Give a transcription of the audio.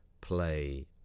play